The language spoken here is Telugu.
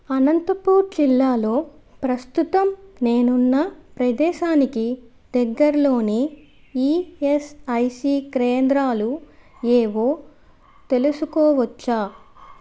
అనంతపూర్ జిల్లాలో ప్రస్తుతం నేనున్న ప్రదేశానికి దగ్గర్లోని ఈఎస్ఐసి కేంద్రాలు ఏవో తెలుసుకోవచ్చా